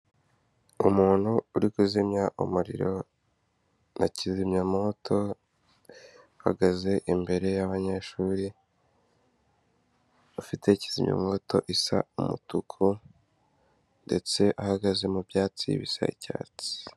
Umuntu uri kuzimya umuriro na kizimyamoto, ahagaze imbere y'abanyeshuri bafite kizimyamoto isa umutuku ndetse ahagaze mu byatsi bisa icyatsi.